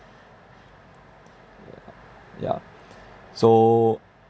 yeah so